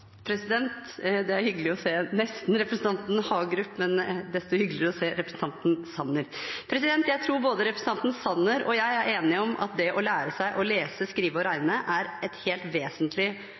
Det er hyggelig å nesten se representanten Hagerup, men desto hyggeligere å faktisk se representanten Sanner. Jeg tror både representanten Sanner og jeg er enige om det at å lære seg å lese, skrive og regne er en helt vesentlig